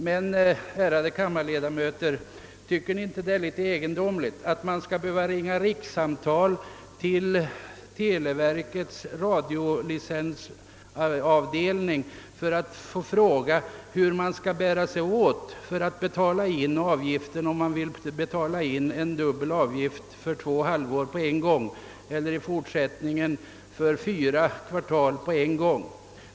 Men, ärade kammarledamöter, är det inte litet egendomligt att man skall behöva ringa rikssamtal till televerkets radiolicensavdelning för att fråga hur man skall bära sig åt för att betala avgifterna för två halvår — eller i fortsättningen för fyra kvartal — på en gång?